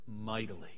mightily